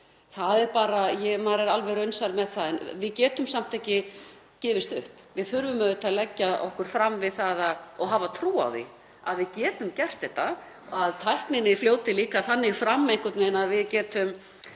markmiðum, maður er alveg raunsær með það. En við getum samt ekki gefist upp. Við þurfum auðvitað að leggja okkur fram og hafa trú á því að við getum gert þetta, að tækninni fleygi líka þannig fram að við getum